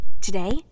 Today